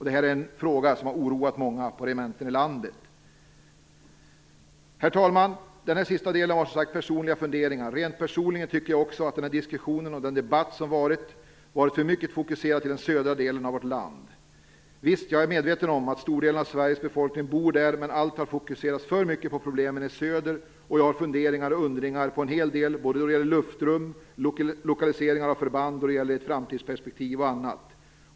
Det här är en fråga som har oroat många på regementen i landet. Herr talman! Den här sista delen var, som sagt var, personliga funderingar. Rent personligen tycker jag också att den diskussion och den debatt som förts har varit för mycket fokuserad till den södra delen av vårt land. Visst är jag medveten om att stordelen av Sveriges befolkning bor där, men allt har fokuserats för mycket på problemen i söder. Och jag har funderingar och undringar på en hel del, då det gäller luftrum, lokaliseringar av förband i fråga om framtidsperspektiv och annat.